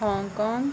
Hong Kong